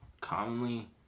commonly